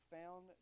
found